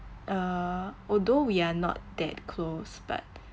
uh although we're not that close but